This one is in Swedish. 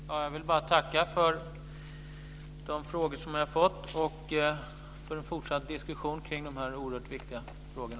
Fru talman! Jag vill bara tacka för de frågor som jag har fått och för en fortsatt diskussion kring dessa oerhört viktiga frågor.